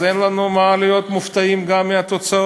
אז אין לנו מה להיות מופתעים גם מהתוצאות.